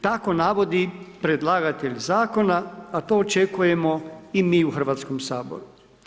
Tako navodi predlagatelj zakona a to očekujemo i mi u Hrvatskom saboru.